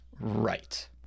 Right